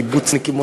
קיבוצניקים,